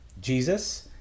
Jesus